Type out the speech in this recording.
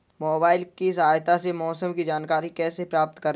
Mobile की सहायता से मौसम की जानकारी कैसे प्राप्त करें?